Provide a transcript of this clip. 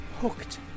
hooked